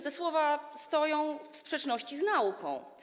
Te słowa stoją w sprzeczności z nauką.